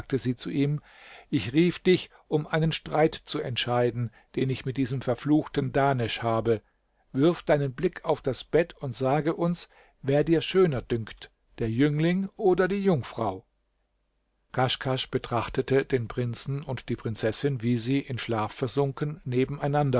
sie zu ihm ich rief dich um einen streit zu entscheiden den ich mit diesem verfluchten dahnesch habe wirf deinen blick auf das bett und sage uns wer dir schöner dünkt der jüngling oder die jungfrau kaschkasch betrachtete den prinzen und die prinzessin wie sie in schlaf versunken